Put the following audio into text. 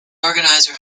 organizer